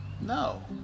No